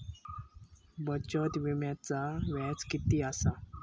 बचत विम्याचा व्याज किती असता?